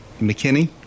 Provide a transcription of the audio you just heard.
McKinney